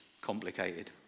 complicated